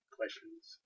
Questions